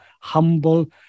humble